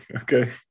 okay